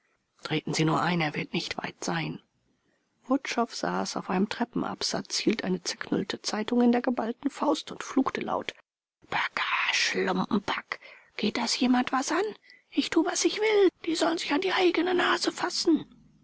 treten sie nur ein er wird nicht weit sein wutschow saß auf einem treppenabsatz hielt eine zerknüllte zeitung in der geballten faust und fluchte laut bagage lumpenpack geht das jemand was an ich tu was ich will die sollen sich an die eigene nase fassen